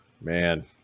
Man